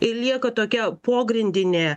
ir lieka tokia pogrindinė